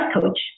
coach